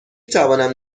توانم